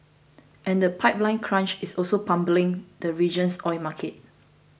and the pipeline crunch is also pummelling the region's oil market